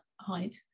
height